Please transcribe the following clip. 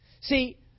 See